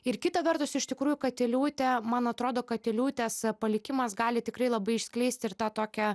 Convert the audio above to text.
ir kita vertus iš tikrųjų katiliūtė man atrodo katiliūtės palikimas gali tikrai labai išskleisti ir tą tokią